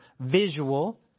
visual